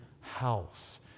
house